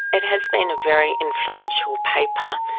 it has been a very influential paper.